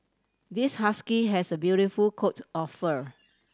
this husky has a beautiful coat of fur